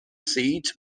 seat